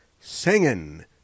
singing